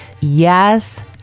Yes